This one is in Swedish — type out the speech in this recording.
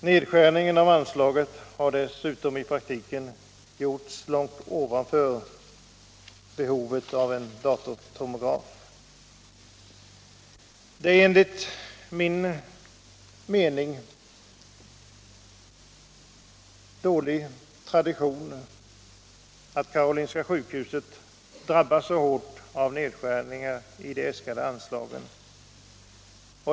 Nedskärningen av anslaget har dessutom i praktiken gjorts långt ovanför behovet av en datortomograf. Det är tyvärr en enligt min mening dålig tradition att Karolinska sjukhuset genom tiderna drabbas så hårt av nedskärningar i de äskade anslagen.